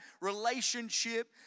relationship